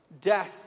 Death